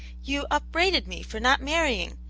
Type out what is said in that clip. you upbraided me for not marrying,